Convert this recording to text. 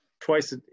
twice